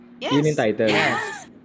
Yes